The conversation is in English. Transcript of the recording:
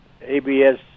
ABS